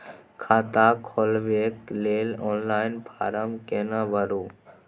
खाता खोलबेके लेल ऑनलाइन फारम केना भरु?